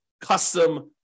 custom